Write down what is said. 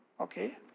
okay